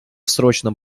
срочном